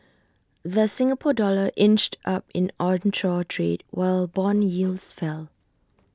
the Singapore dollar inched up in onshore trade while Bond yields fell